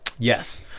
Yes